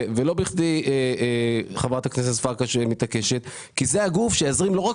לא בכדי חברת הכנסת פרקש הכהן מתעקשת כי זה הגוף שיזרים לא רק